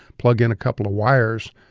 plug in a couple of wires,